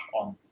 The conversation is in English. on